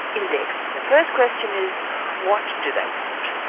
indeed. the first question is what do they want?